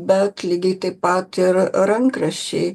bet lygiai taip pat ir rankraščiai